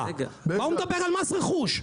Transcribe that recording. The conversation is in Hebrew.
מה הוא מדבר על מס רכוש?